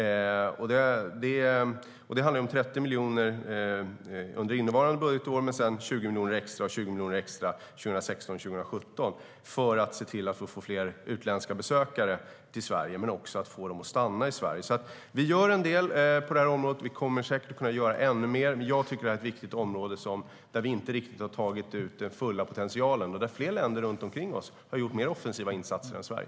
Det handlar om 30 miljoner under innevarande budgetår och sedan 20 miljoner extra och 20 miljoner extra 2016 och 2017 för att se till att få fler utländska besökare till Sverige och också få dem att stanna i Sverige. Vi gör en del på området. Vi kommer säkert att kunna göra ännu mer. Det är ett viktigt område där vi inte riktigt har tagit ut den fulla potentialen och där fler länder runt omkring oss har gjort mer offensiva insatser än Sverige.